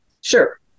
Sure